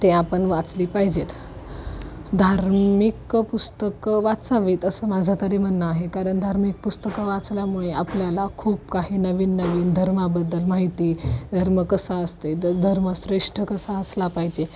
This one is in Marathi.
ते आपण वाचली पाहिजेत धार्मिक पुस्तकं वाचावीत असं माझं तरी म्हणणं आहे कारण धार्मिक पुस्तकं वाचल्यामुळे आपल्याला खूप काही नवीन नवीन धर्माबद्दल माहिती धर्म कसा असते तर धर्म श्रेष्ठ कसा असला पाहिजे